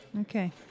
Okay